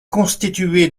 constitué